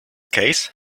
case